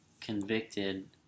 convicted